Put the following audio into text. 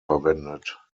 verwendet